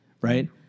Right